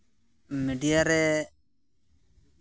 media ᱨᱮ